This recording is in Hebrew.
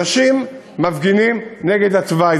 אנשים מפגינים נגד התוואי.